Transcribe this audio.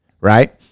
right